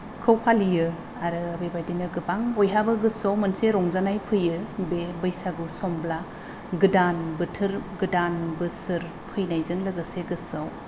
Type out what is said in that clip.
खौ फालियो आरो बेबायदिनो गोबां बयहाबो गोसोआव मोनसे रंजानाय फैयो बे बैसागु समब्ला गोदान बोथोर गोदान बोसोर फैनायजों लोगोसे गोसोआव